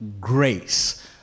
Grace